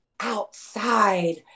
outside